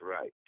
right